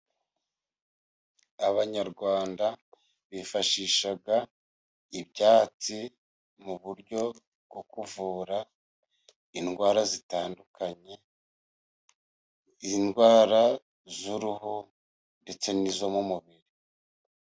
Abanyarwanda bifashisha ibyatsi mu buryo bwo kuvura indwara zitandukanye, indwara z'uruhu ndetse n'izo mu mubiri.